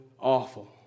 awful